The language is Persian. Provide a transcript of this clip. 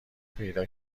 پیدا